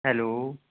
hello